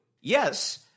Yes